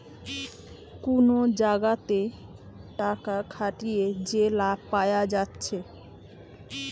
কুনো জাগাতে টাকা খাটিয়ে যে লাভ পায়া যাচ্ছে